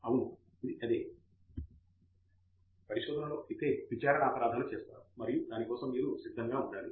అవును ఇది అదే పరిశోధనలో ఐతే విచారణాపరాధాలు చేస్తారు మరియు దాని కోసం మీరు సిద్ధంగా ఉండాలి